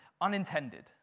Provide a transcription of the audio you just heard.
unintended